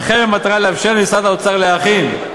וכן במטרה לאפשר למשרד האוצר להכין,